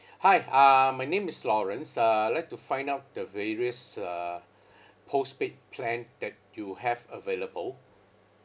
hi uh my name is lawrence uh I would like to find out the various uh postpaid plan that you have available